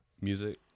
music